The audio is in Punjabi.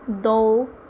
ਦੋ